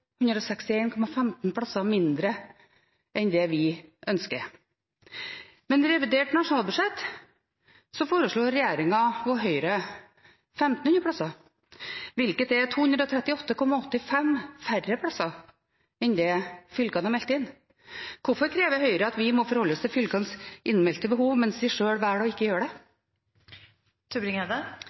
plasser færre enn det vi ønsker. Men i revidert nasjonalbudsjett foreslår regjeringen og Høyre 1 500 plasser, hvilket er 238,85 plasser færre enn det fylkene har meldt inn. Hvorfor krever Høyre at vi må forholde oss til fylkenes innmeldte behov, mens de sjøl velger ikke å gjøre